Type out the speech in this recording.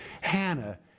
Hannah